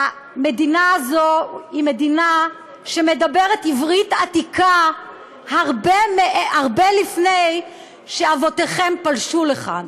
המדינה הזו היא מדינה שמדברת עברית עתיקה הרבה לפני שאבותיכם פלשו לכאן.